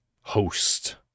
host